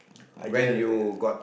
I just uh